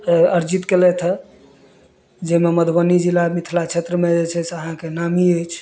अर्जित केलथि हँ जाहिमे मधुबनी जिला मिथिला क्षेत्रमे जे छै से अहाँके नामी अछि